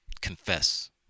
confess